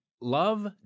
Love